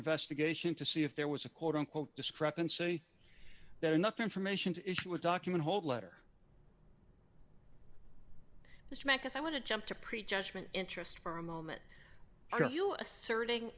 investigation to see if there was a quote unquote discrepancy that enough information to issue a document whole letter this may cause i want to jump to prejudgment interest for a moment a